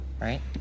Right